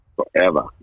Forever